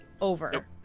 over